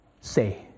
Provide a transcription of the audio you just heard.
say